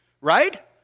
Right